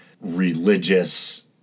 religious